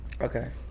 Okay